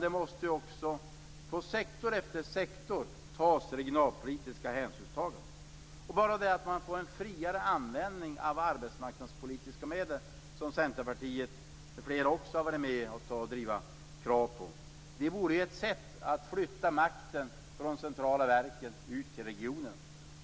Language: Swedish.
Det måste också på sektor efter sektor tas regionalpolitiska hänsyn. Bara det att man får en friare användning av arbetsmarknadspolitiska medel - ett krav som Centerpartiet m.fl. har drivit - vore ett sätt att flytta makten från de centrala verken ut till regionerna.